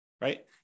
right